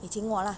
你请我 lah